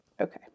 Okay